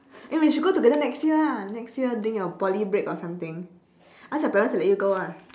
eh we should go together next year ah next year during your poly break or something ask your parents to let you go ah